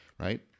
Right